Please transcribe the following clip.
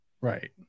Right